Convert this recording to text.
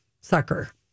sucker